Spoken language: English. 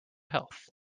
health